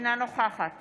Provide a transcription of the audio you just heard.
אינה נוכחת